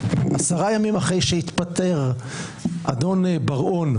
עשרה ימים אחרי שהתפטר אדון בר-און,